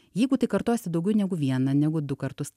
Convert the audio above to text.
jeigu tai kartojasi daugiau negu vieną negu du kartus